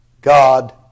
God